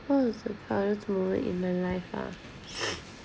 how is the tomorrow in the life ah